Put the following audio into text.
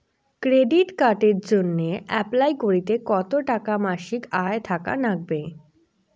Credit কার্ডের জইন্যে apply করিতে কতো টাকা মাসিক আয় থাকা নাগবে?